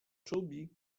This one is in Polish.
czubi